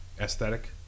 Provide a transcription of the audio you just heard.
aesthetic